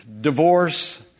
Divorce